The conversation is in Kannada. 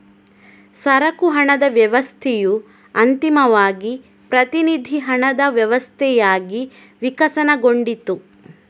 ಸರಕು ಹಣದ ವ್ಯವಸ್ಥೆಯು ಅಂತಿಮವಾಗಿ ಪ್ರತಿನಿಧಿ ಹಣದ ವ್ಯವಸ್ಥೆಯಾಗಿ ವಿಕಸನಗೊಂಡಿತು